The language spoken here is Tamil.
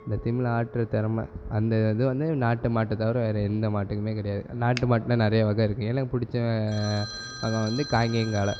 அந்த திமிள ஆட்டுற திறம அந்த இது வந்து நாட்டு மாட்டை தவறை வேறு எந்த மாட்டுக்குமே கிடையாது நாட்டு மாட்டில் நிறைய வகை இருக்கு எனக்கு பிடிச்ச வகை வந்து காங்கேயம் காளை